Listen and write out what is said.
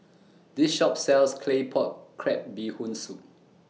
This Shop sells Claypot Crab Bee Hoon Soup